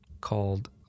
called